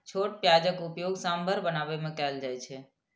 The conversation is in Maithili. छोट प्याजक उपयोग सांभर बनाबै मे कैल जाइ छै